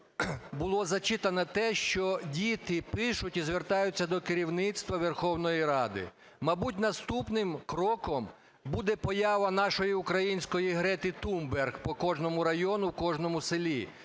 було зачитано те, що діти пишуть і звертаються до керівництва Верховної Ради. Мабуть, наступним кроком буде поява нашої української Грети Тунберг по кожному району і в кожному селі.